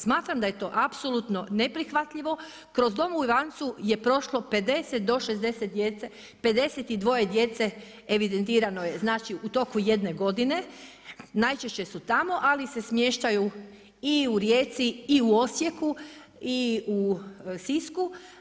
Smatram da je to apsolutno neprihvatljivo, kroz dom u Ivancu je prošlo 50 do 60 djece, 52 djece evidentirano je u toku jedne godine, najčešće su tamo, ali se smještaju i u Rijeci i u Osijeku i u Sisku.